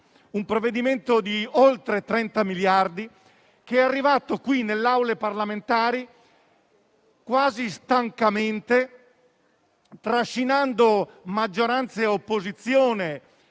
un provvedimento da oltre 30 miliardi di euro, che è arrivato nelle Aule parlamentari quasi stancamente, trascinando maggioranza e opposizione